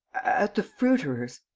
at the fruiterer's.